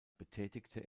betätigte